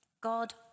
God